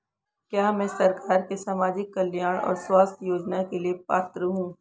क्या मैं सरकार के सामाजिक कल्याण और स्वास्थ्य योजना के लिए पात्र हूं?